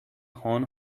horn